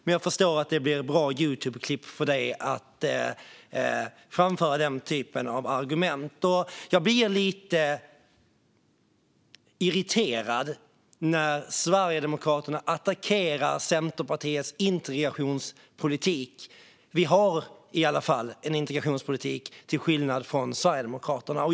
Men jag förstår att det blir bra Youtubeklipp för Ludvig Aspling att framföra den typen av argument. Jag blir lite irriterad när Sverigedemokraterna attackerar Centerpartiets integrationspolitik. Vi har i alla fall en integrationspolitik, till skillnad från Sverigedemokraterna.